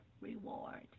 reward